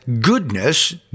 goodness